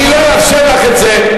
אני לא יכול לאפשר לו להמשיך לדבר.